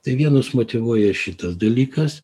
tai vienus motyvuoja šitas dalykas